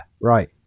Right